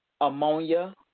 ammonia